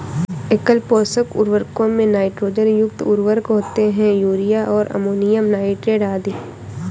एकल पोषक उर्वरकों में नाइट्रोजन युक्त उर्वरक होते है, यूरिया और अमोनियम नाइट्रेट आदि